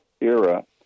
era